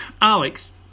Alex